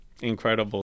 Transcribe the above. Incredible